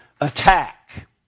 attack